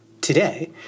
today